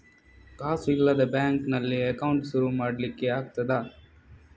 ಕಾಸು ಇಲ್ಲದ ಬ್ಯಾಂಕ್ ನಲ್ಲಿ ಅಕೌಂಟ್ ಶುರು ಮಾಡ್ಲಿಕ್ಕೆ ಆಗ್ತದಾ?